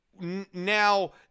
now